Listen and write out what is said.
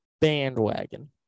bandwagon